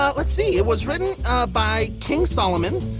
ah let's see. it was written by king solomon.